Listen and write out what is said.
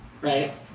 Right